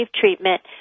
treatment